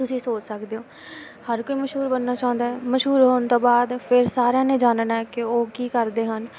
ਤੁਸੀਂ ਸੋਚ ਸਕਦੇ ਹੋ ਹਰ ਕੋਈ ਮਸ਼ਹੂਰ ਬਣਨਾ ਚਾਹੁੰਦਾ ਹੈ ਮਸ਼ਹੂਰ ਹੋਣ ਤੋਂ ਬਾਅਦ ਫਿਰ ਸਾਰਿਆਂ ਨੇ ਜਾਣਨਾ ਹੈ ਕਿ ਉਹ ਕੀ ਕਰਦੇ ਹਨ